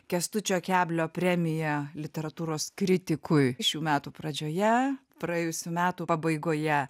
kęstučio keblio premija literatūros kritikui šių metų pradžioje praėjusių metų pabaigoje